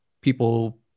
people